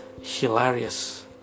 hilarious